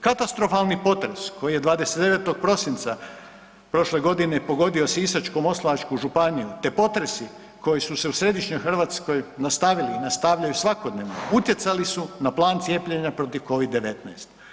Katastrofalni potres koji je 29. prosinca prošle godine pogodio Sisačko-moslavačku županiju te potresi koji su se u Središnjoj Hrvatskoj nastavili i nastavljaju svakodnevno, utjecali su na plan cijepljenja protiv COVID-19.